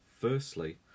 firstly